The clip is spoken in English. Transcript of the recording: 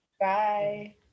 Bye